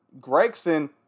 Gregson